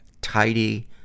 tidy